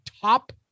top